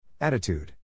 Attitude